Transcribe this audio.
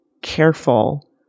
careful